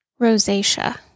rosacea